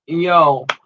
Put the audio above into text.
Yo